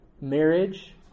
Marriage